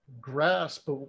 grasp